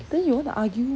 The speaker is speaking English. then you want to argue